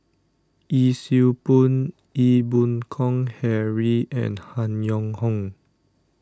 Yee Siew Pun Ee Boon Kong Henry and Han Yong Hong